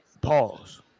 Pause